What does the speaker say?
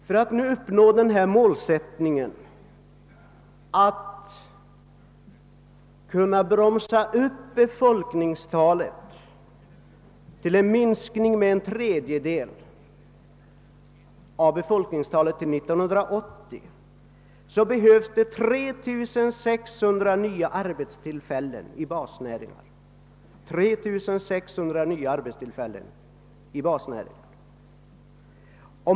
För att kunna bromsa utflyttningen och fastställa: befolkningsminskningen till en tredjedel behövs det 3 600 nya arbetstillfällen i basnäringarna fram till 1980.